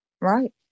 right